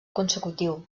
consecutiu